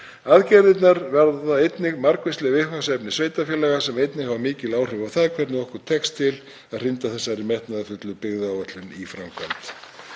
Aðgerðirnar varða einnig margvísleg viðfangsefni sveitarfélaga sem hafa mikil áhrif á það hvernig okkur tekst til að hrinda þessari metnaðarfullu byggðaáætlun í framkvæmd.